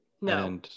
no